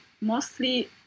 mostly